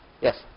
Yes